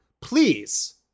please